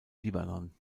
libanon